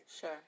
Sure